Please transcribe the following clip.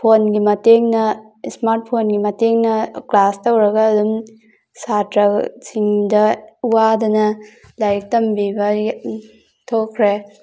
ꯐꯣꯟꯒꯤ ꯃꯇꯦꯡꯅ ꯏꯁꯃꯥꯔꯠ ꯐꯣꯟꯒꯤ ꯃꯇꯦꯡꯅ ꯀ꯭ꯂꯥꯁ ꯇꯧꯔꯒ ꯑꯗꯨꯝ ꯁꯥꯇ꯭ꯔꯁꯤꯡꯗ ꯋꯥꯗꯅ ꯂꯥꯏꯔꯤꯛ ꯇꯝꯕꯤꯕ ꯊꯣꯛꯈ꯭ꯔꯦ